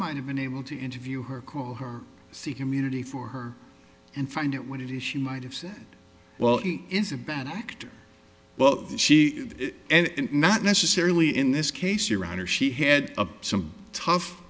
might have been able to interview her call her see community for her and find out what it is she might have said well is a bad actor well she and not necessarily in this case your honor she had some tough